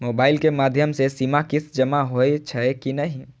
Mobile के माध्यम से सीमा किस्त जमा होई छै कि नहिं?